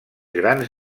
grans